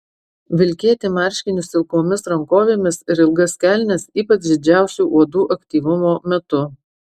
vilkėti marškinius ilgomis rankovėmis ir ilgas kelnes ypač didžiausio uodų aktyvumo metu